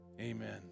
amen